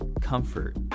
comfort